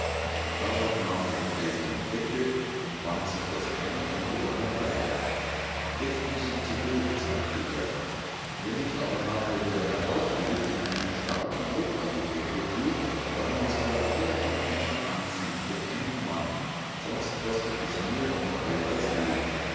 darauf nahm er die eiserne kette und band sich das eine ende um den leib jetzt muß ich zu boden sagte er wenn ich aber nachher wieder herauf will und einen starken ruck an die kette thu dann müsst ihr alle auf einmal anziehen für einen mann sonst kostet es mir und euch das leben